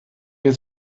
hier